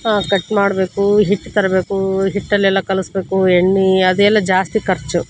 cut ಮಾಡಬೇಕು ಹಿಟ್ಟು ತರಬೇಕು ಹಿಟ್ಟಲ್ಲೆಲ್ಲ ಕಲಿಸ್ಬೇಕು ಎಣ್ಣೆ ಅದೆಲ್ಲ ಜಾಸ್ತಿ ಖರ್ಚು